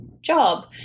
job